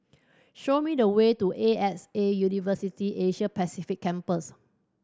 show me the way to A X A University Asia Pacific Campus